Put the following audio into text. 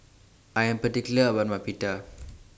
I Am particular about My Pita